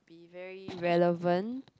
be very relevant